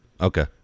Okay